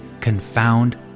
confound